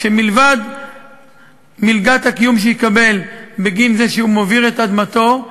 מלבד מלגת הקיום שיקבל בגין זה שהוא מוביר את אדמתו,